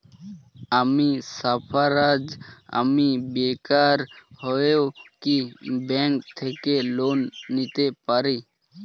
আমি সার্ফারাজ, আমি বেকার হয়েও কি ব্যঙ্ক থেকে লোন নিতে পারি?